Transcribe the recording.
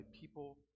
people